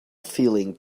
feeling